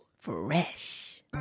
Fresh